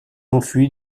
enfui